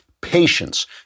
Patience